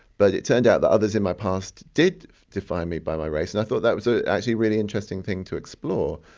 but it turned out that others in my past did define me by my race, and i thought that was ah actually a really interesting thing to explore.